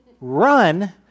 run